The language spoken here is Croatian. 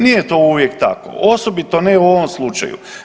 Nije to uvijek tako, osobito ne u ovom slučaju.